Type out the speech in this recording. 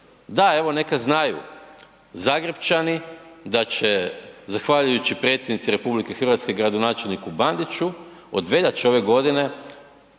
Da, evo neka znaju Zagrepčani da će zahvaljujući predsjednici RH i gradonačelniku Bandiću od veljače ove godine